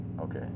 okay